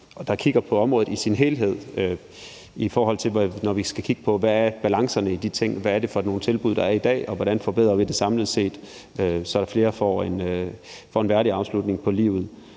der kigger på området i sin helhed, når vi skal se på, hvad balancerne er i de ting, hvad det er for nogle tilbud, der er i dag, og hvordan vi forbedrer det samlet set, så flere får en værdig afslutning på livet.